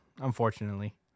unfortunately